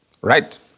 right